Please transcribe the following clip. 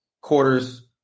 quarters